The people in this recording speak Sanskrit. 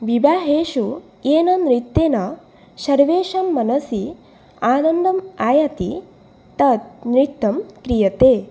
विवाहेषु येन नृत्येन सर्वेषां मनसि आनन्दम् आयाति तत् नृत्यं क्रियते